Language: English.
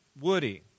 Woody